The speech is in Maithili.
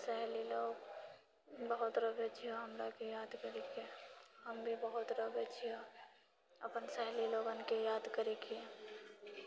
हमर सहेलीलोग बहुत रोवै छियै हमराकेँ याद करिके हम भी बहुत रोवै छियै अपन सहेलीलोगनके याद करिके